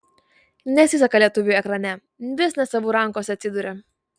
nesiseka lietuviui ekrane vis ne savų rankose atsiduria